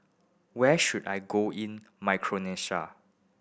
where should I go in Micronesia